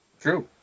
true